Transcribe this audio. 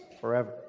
forever